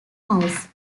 house